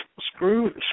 screw